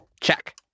Check